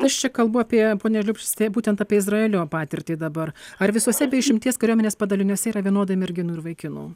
aš čia kalbu apie pone liupšicai būtent apie izraelio patirtį dabar ar visuose be išimties kariuomenės padaliniuose yra vienodai merginų ir vaikinų